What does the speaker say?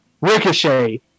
Ricochet